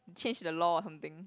change the law or something